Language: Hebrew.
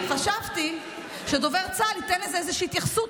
חשבתי שדובר צה"ל ייתן לזה איזושהי התייחסות,